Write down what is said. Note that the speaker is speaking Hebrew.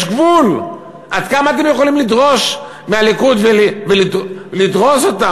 יש גבול עד כמה אתם יכולים לדרוש מהליכוד ולדרוס אותם